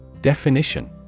Definition